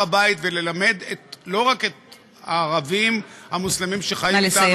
הבית וללמד לא רק את הערבים המוסלמים שחיים אתנו,